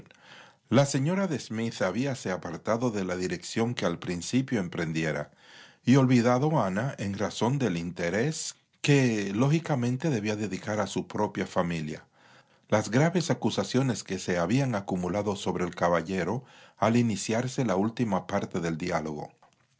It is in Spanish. la señora de smithhabíase apartado de la dirección que al principio emprendiera y olvidado ana en razón del interés que lógicamente debía dedicar a su propia familia las graves acusaciones que se habían acumulado sobre el caballero al iniciarse la última parte del diálogo